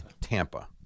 Tampa